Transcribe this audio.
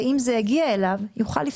יש לי של חבר הכנסת בליאק, של יש